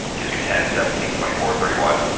gives me ten, seventeen, twenty four, thirty one,